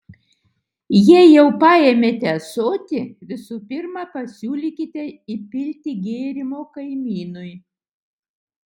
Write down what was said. jei jau paėmėte ąsotį visų pirma pasiūlykite įpilti gėrimo kaimynui